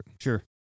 Sure